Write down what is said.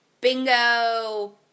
bingo